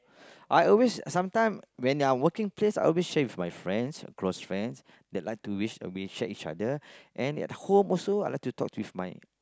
I always sometime when I working place I always share with my friends my close friends they like to wish we share each other and at home also I like to talk with my